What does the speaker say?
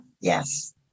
Yes